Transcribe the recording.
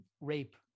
rape